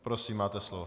Prosím, máte slovo.